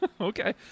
okay